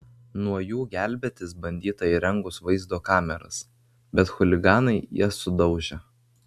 nuo jų gelbėtis bandyta įrengus vaizdo kameras bet chuliganai jas sudaužė